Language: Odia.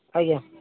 ଆଜ୍ଞା